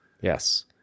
Yes